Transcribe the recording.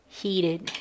heated